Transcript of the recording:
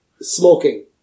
smoking